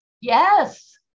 Yes